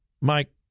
Mike